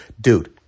dude